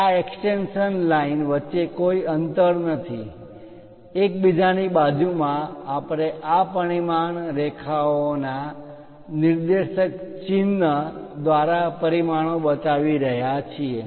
આ extension line extension lines વિસ્તરણ રેખા વચ્ચે કોઈ અંતર નથી એકબીજાની બાજુમાં આપણે આ પરિમાણ રેખાઓના નિર્દેશક ચિહ્ન એરો arrow દ્વારા પરિમાણો બતાવી રહ્યા છીએ